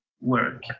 work